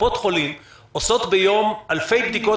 קופות חולים עושות ביום אלפי בדיקות,